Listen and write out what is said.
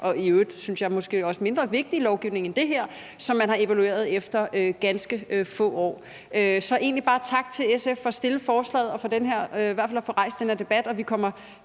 og i øvrigt også, synes jeg, måske mindre vigtig lovgivning end det her – som man har evalueret efter ganske få år. Så jeg vil egentlig bare sige tak til SF for at fremsætte forslaget og for at få rejst den her debat. Vi kommer